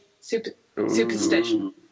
Superstition